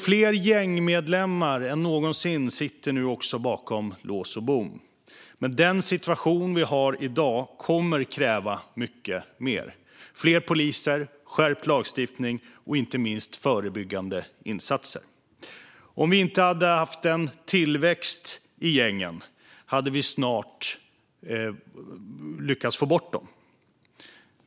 Fler gängmedlemmar än någonsin sitter nu bakom lås och bom. Men den situation vi har i dag kommer att kräva mycket mer, såsom fler poliser, skärpt lagstiftning och inte minst förebyggande insatser. Om vi inte hade haft en tillväxt i gängen hade vi snart lyckats få bort dem.